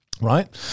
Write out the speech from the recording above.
Right